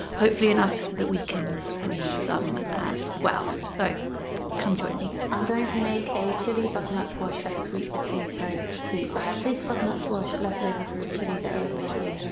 hopefully enough so that we can freeze some as well so come join m. i'm going to make a chili butternut squash and sweet potato soup. i have this butternut squash left over from a chili that i was making.